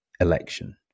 election